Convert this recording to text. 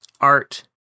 art